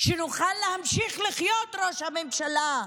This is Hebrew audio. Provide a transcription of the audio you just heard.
כדי שנוכל להמשיך לחיות, ראש הממשלה?